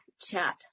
chat